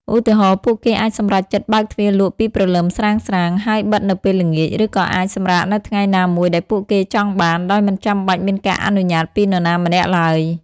ឧទាហរណ៍ ពួកគេអាចសម្រេចចិត្តបើកទ្វារលក់ពីព្រលឹមស្រាងៗ ហើយបិទនៅពេលល្ងាច ឬក៏អាចសម្រាកនៅថ្ងៃណាមួយដែលពួកគេចង់បាន ដោយមិនចាំបាច់មានការអនុញ្ញាតពីនរណាម្នាក់ឡើយ។